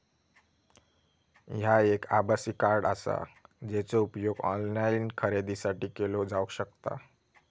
ह्या एक आभासी कार्ड आसा, जेचो उपयोग ऑनलाईन खरेदीसाठी केलो जावक शकता